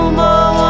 more